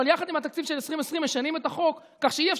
אבל יחד עם התקציב של 2020 משנים את החוק כך שלא יהיה